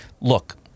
look